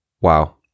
wow